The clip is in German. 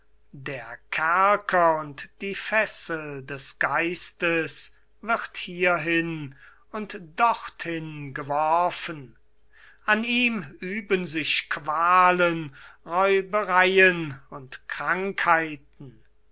der kerker und die fessel des geistes wird hierin und dorthin geworfen an ihm üben sich qualen räubereien und krankheiten